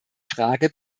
frage